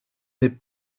n’est